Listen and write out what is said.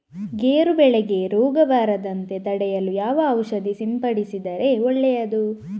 ಗೇರು ಬೆಳೆಗೆ ರೋಗ ಬರದಂತೆ ತಡೆಯಲು ಯಾವ ಔಷಧಿ ಸಿಂಪಡಿಸಿದರೆ ಒಳ್ಳೆಯದು?